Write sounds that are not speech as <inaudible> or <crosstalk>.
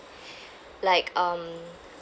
<breath> like um